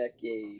decade